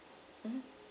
mmhmm